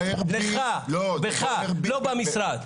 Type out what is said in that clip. בך, לא במשרד.